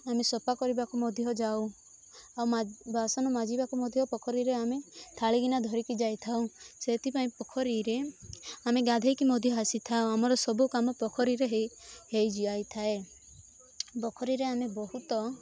ଆମେ ସଫା କରିବାକୁ ମଧ୍ୟ ଯାଉ ଆଉ ବାସନ ମାଜିବାକୁ ମଧ୍ୟ ପୋଖରୀରେ ଆମେ ଥାଳି ଗିନା ଧରିକି ଯାଇଥାଉ ସେଥିପାଇଁ ପୋଖରୀରେ ଆମେ ଗାଧେଇକି ମଧ୍ୟ ଆସିଥାଉ ଆମର ସବୁ କାମ ପୋଖରୀରେ ହେଇ ହେଇ ଯାଇଥାଏ ପୋଖରୀରେ ଆମେ ବହୁତ